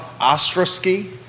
Ostrowski